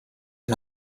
die